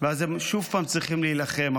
ואז הם שוב צריכים להילחם,